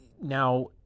now